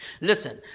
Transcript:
Listen